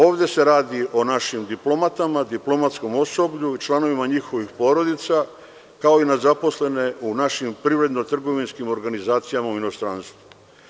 Ovde se radi o našim diplomatama, diplomatskom osoblju i članovima njihovih porodica, kao i na zaposlene u našim privredno-trgovinskim organizacijama u inostranstvu.